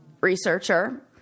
researcher